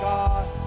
God